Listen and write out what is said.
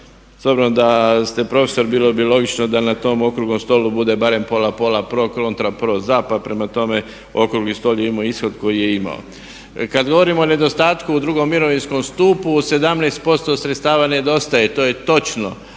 S obzirom da ste profesor bilo bi logično da na tom okruglom stolu bude barem pola-pola, pro-kontra, pro-za pa prema tome okrugli stol je imao ishod koji je imao. Kad govorimo o nedostatku u drugom mirovinskom stupu 17% sredstava nedostaje, to je točno.